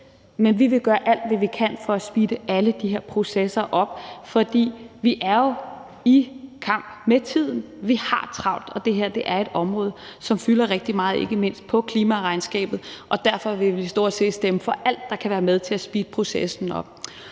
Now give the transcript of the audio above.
men vi vil gøre alt, hvad vi kan, for at speede alle de her processer op, fordi vi jo er i kamp med tiden. Vi har travlt, og det her er et område, som fylder rigtig meget, ikke mindst i klimaregnskabet, og derfor vil vi stort set stemme for alt, der kan være med til at speede processen op.